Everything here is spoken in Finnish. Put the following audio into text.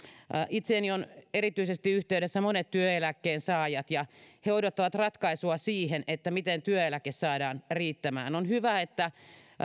itseeni ovat erityisesti yhteydessä monet työeläkkeensaajat ja he odottavat ratkaisua siihen miten työeläke saadaan riittämään on hyvä että